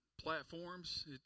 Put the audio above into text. platforms